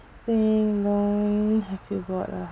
have you got a